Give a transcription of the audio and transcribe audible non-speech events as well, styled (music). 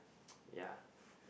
(noise) yeah